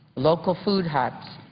local food huts.